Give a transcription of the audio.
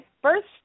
First